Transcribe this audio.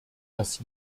dass